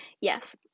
yes